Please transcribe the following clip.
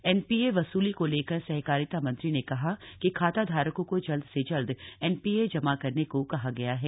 NPA वसूली को लेकर सहकारिता मंत्री ने कहा कि खाताधारकों को जल्द से जल्द एनपीए जमा करने को कहा गया है